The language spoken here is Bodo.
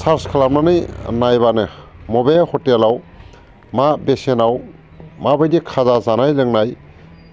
सार्स खालामनानै नायब्लानो मबे हटेलाव मा बेसेनाव माबायदि खाजा जानाय लोंनाय